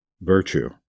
virtue